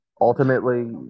Ultimately